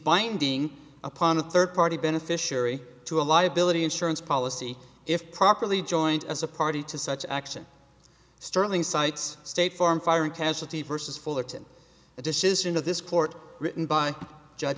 binding upon a third party beneficiary to a liability insurance policy if properly joined as a party to such action sterling cites state farm fire and casualty vs fullerton the decision of this court written by judge